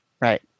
Right